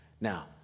Now